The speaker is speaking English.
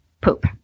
poop